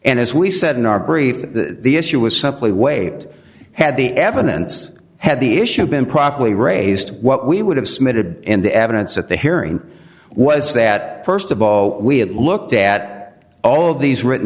and as we said in our brief the issue was some please wait had the evidence had the issue been properly raised what we would have submitted and the evidence at the hearing was that st of all we had looked at all of these written